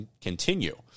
continue